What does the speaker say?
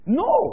no